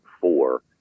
four